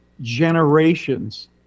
generations